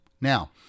Now